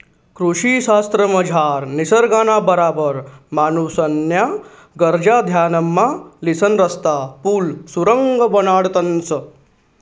कृषी शास्त्रमझार निसर्गना बराबर माणूसन्या गरजा ध्यानमा लिसन रस्ता, पुल, सुरुंग बनाडतंस